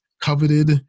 coveted